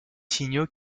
signaux